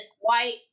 white